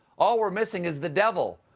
all we're missing is the devil.